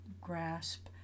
grasp